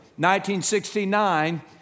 1969